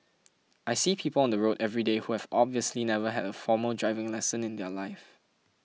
I see people on the road everyday who have obviously never had a formal driving lesson in their life